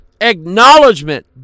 acknowledgement